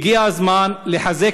הגיע הזמן לחזק,